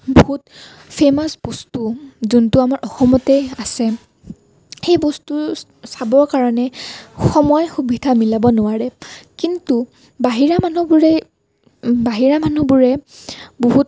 বহুত ফেমাছ বস্তু যোনটো আমাৰ অসমতেই আছে সেই বস্তু চাবৰ কাৰণে সময় সুবিধা মিলাব নোৱাৰে কিন্তু বাহিৰা মানুহবোৰে বাহিৰা মানুহবোৰে বহুত